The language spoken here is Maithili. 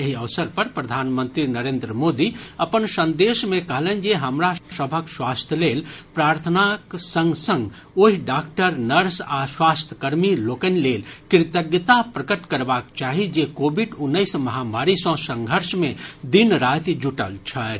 एहि अवसर पर प्रधानमंत्री नरेन्द्र मोदी अपन संदेश मे कहलनि जे हमरा सभक स्वास्थ्य लेल प्रार्थनाक संग संग ओहि डॉक्टर नर्स आ स्वास्थ्य कर्मी लोकनि लेल कृतज्ञता प्रकट करबाक चाही जे कोविड उन्नैस महामारी सँ संघर्ष मे दिन राति जुटल छथि